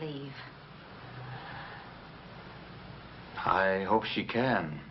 leave i hope she can